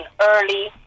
early